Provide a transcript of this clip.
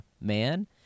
man